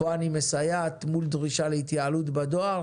כאן אני מסייעת מול דרישה להתייעלות בדואר